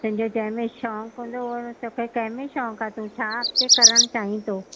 तुंहिंजे कंहिंमें शौक़ु हूंदो हो तोखे कंहिंमें शौक़ु आहे तू छा अॻिते करणु चाहीं थो